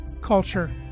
culture